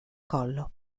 collo